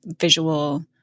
visual